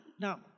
now